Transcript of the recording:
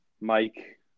Mike